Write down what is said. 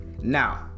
Now